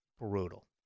brutal